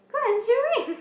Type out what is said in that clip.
quite enjoying